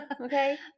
Okay